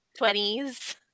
20s